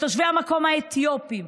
את תושבי המקום האתיופים,